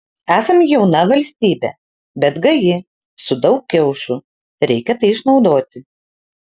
esam jauna valstybė bet gaji su daug kiaušų reikia tai išnaudoti